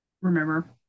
remember